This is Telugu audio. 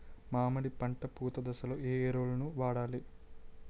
మామిడి పంట పూత దశలో ఏ ఎరువులను వాడాలి?